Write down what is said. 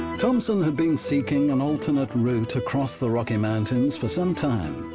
thompson had been seeking an alternate route across the rocky mountains for some time.